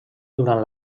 durant